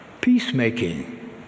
Peacemaking